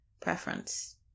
preference